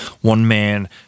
one-man